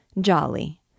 Jolly